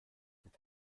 sind